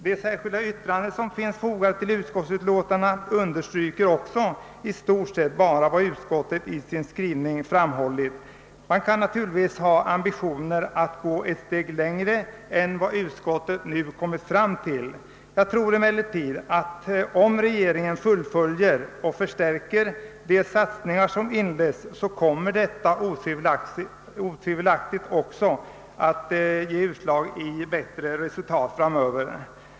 De särskilda yttranden som finns fogade till utskottsutlåtandet understryker i stort sett bara vad utskottet i sin skrivning framhållit. Man kan naturligtvis ha ambitioner att gå ett steg längre än vad utskottet nu har kommit fram till. Om regeringen fullföljer och förstärker de satsningar som inletts kommer detta otvivelaktigt att ge utslag i bättre resultat framöver.